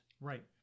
Right